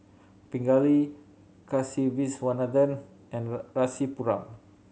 Pingali Kasiviswanathan and Rasipuram